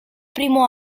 primo